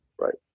right